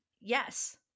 Yes